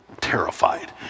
Terrified